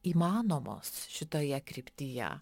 įmanomos šitoje kryptyje